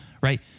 right